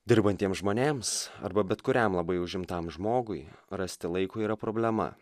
dirbantiem žmonėms arba bet kuriam labai užimtam žmogui rasti laiko yra problema